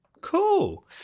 Cool